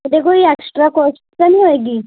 ਇਹਦੀ ਕੋਈ extra cost ਤਾਂ ਨਹੀਂ ਹੋਏਗੀ